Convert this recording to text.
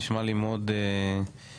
נשמע לי מאוד הגיוני,